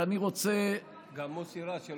אני רוצה, גם מוסי רז.